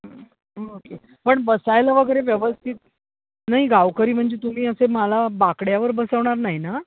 हं ओके पण बसायला वगैरे व्यवस्थित नाही गावकरी म्हणजे तुम्ही असे मला बाकड्यावर बसवणार नाही ना